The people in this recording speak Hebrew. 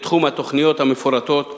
בתחום התוכניות המפורטות והמאושרות,